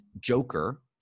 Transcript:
joker